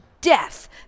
death